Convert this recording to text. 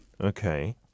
Okay